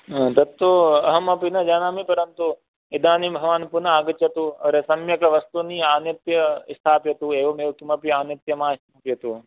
हा तत्तु अहमपि न जानामि परन्तु इदानीं भवान् पुनः आगच्छतु अरे सम्यक् वस्तूनि आगत्य स्थापयतु एवमेव किमपि आनीय मा स्थाप्यतु